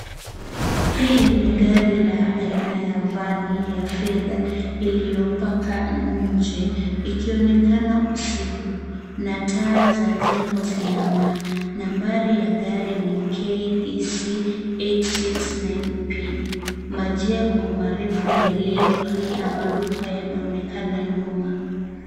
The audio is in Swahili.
Hili ni gari la aina ya vani ya fedha iliyopakiwa nje, ikionekana usiku na taa za jengo zinangaa nambari ya gari ni KDC 869 P. Majengo marefu yaliyo na maduka yanaonekana nyuma.